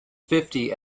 fifty